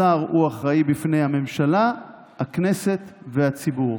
השר הוא אחראי בפני הממשלה, הכנסת והציבור.